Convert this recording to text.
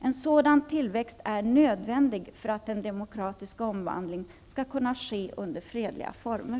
En sådan tillväxt är nödvändig för att den demokratiska omvandlingen skall kunna ske under fredliga former.